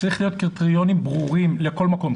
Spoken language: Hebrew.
צריכים להיות קריטריונים ברורים לכל מקום.